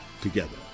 together